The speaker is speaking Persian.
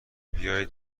بیایید